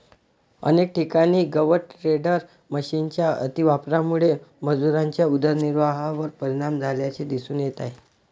अनेक ठिकाणी गवत टेडर मशिनच्या अतिवापरामुळे मजुरांच्या उदरनिर्वाहावर परिणाम झाल्याचे दिसून येत आहे